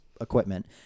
equipment